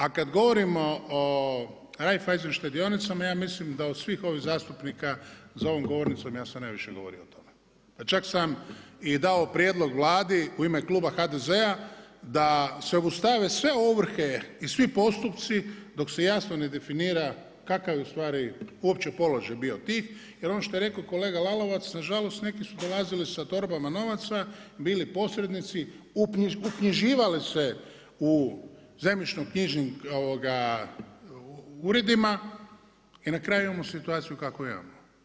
A kada govorimo o Raiffeisen štedionica, ja mislim da od svih ovih zastupnika za ovom govornicom ja sam najviše govorio o tome, čak sam dao i prijedlog Vladi u ime kluba HDZ-a da se obustave sve ovrhe i svi postupci dok se jasno ne definira kakav je ustvari uopće položaj bio tih jer ono što je rekao kolega Lalovac, nažalost neki su dolazili sa torbama novaca, bili posrednici, uknjiživale se u zemljišno-knjižnim uredima i na kraju imamo situaciju kakvu imamo.